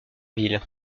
ville